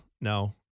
no